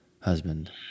husband